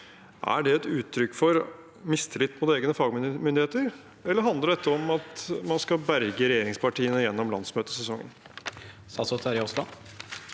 er det et uttrykk for mistillit til egne fagmyndigheter, eller handler det om at man skal berge regjeringspartiene gjennom landsmøtesesongen?